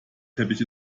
teppich